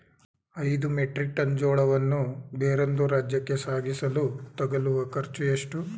ಐದು metric tonne ಜೋಳವನ್ನು ಬೇರೊಂದು ರಾಜ್ಯಕ್ಕೆ ಸಾಗಿಸಲು ತಗಲುವ ಖರ್ಚು ಎಷ್ಟು?